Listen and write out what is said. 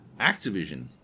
Activision